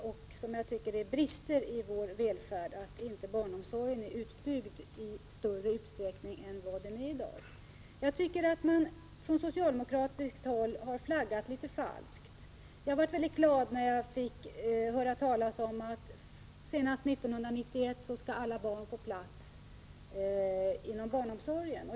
Och det är en brist i vår välfärd att barnomsorgen inte är utbyggd i större utsträckning än vad den är i dag: Jag tycker att man från socialdemokratiskt håll har flaggat litet falskt. Jag blev mycket glad när jag fick höra talas om att alla barn skulle få plats inom barnomsorgen senast 1991.